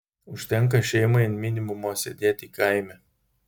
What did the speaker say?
užtenka šeimai ant minimumo sėdėti kaime